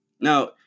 Now